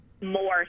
more